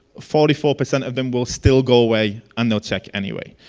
forty four percent of them will still go away and will check anyway.